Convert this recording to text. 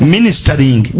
Ministering